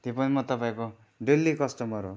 त्यो पनि म तपाईँको डेली कस्टमर हो